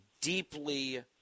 deeply